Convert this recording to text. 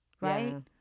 right